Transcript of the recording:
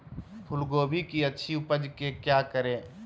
फूलगोभी की अच्छी उपज के क्या करे?